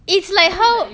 it's like how